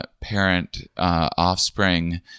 parent-offspring